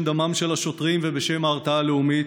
דמם של השוטרים ובשם ההרתעה הלאומית.